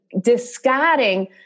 discarding